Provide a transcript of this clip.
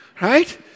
Right